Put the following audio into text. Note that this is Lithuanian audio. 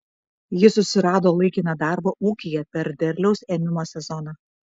jis susirado laikiną darbą ūkyje per derliaus ėmimo sezoną